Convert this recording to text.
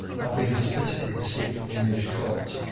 had been hospitably received at the english court,